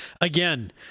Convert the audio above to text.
Again